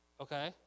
Okay